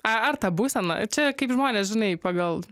a ar ta būsena čia kaip žmonės žinai pagal